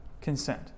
consent